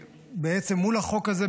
בעצם מול החוק הזה,